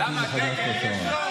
אפעיל מחדש את השעון.